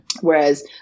whereas